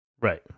Right